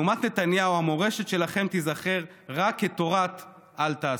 המורשת שלכם תיזכר רק כתורת "אל תעשה".